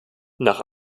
nach